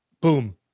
boom